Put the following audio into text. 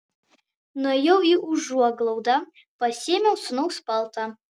nuėjau į užuoglaudą pasiėmiau sūnaus paltą